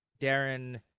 Darren